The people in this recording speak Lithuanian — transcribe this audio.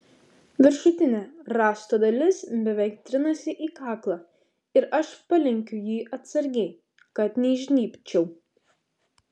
viršutinė rąsto dalis beveik trinasi į kaklą ir aš palenkiu jį atsargiai kad neįžnybčiau